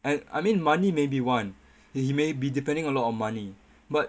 and I mean money may be one he may be depending a lot on money but